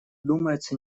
думается